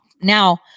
Now